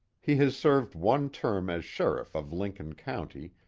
he has served one term as sheriff of lincoln county,